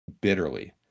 bitterly